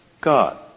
God